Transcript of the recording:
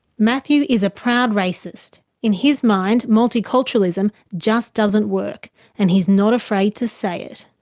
matthew is a proud racist. in his mind, multiculturalism just doesn't work and he's not afraid to say it.